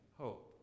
hope